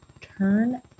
turn